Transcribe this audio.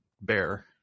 Bear